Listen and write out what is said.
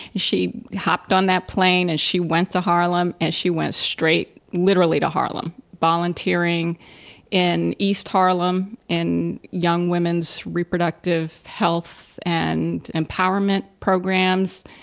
she hopped on that plane and she went to harlem as she went straight, literally to harlem volunteering in east harlem in young women's reproductive health and empowerment programs,